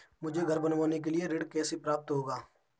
मुझे घर बनवाने के लिए ऋण कैसे प्राप्त होगा?